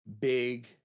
big